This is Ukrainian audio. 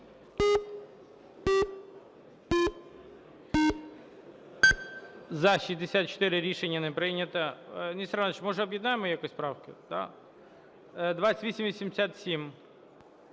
За-59 Рішення не прийнято.